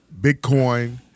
Bitcoin